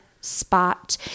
spot